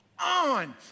on